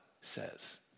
says